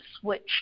switch